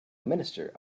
minister